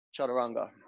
Chaturanga